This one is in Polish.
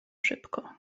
szybko